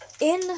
In